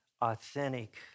authentic